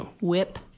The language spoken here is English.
Whip